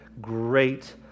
great